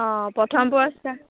অঁ প্ৰথম পুৰস্কাৰ